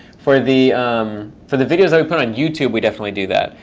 for the um for the videos i put on youtube, we definitely do that,